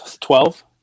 Twelve